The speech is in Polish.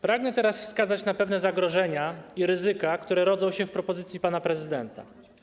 Pragnę teraz wskazać pewne zagrożenia i ryzyka, które rodzą się w propozycji pana prezydenta.